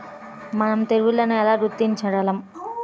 మనం తెగుళ్లను ఎలా గుర్తించగలం?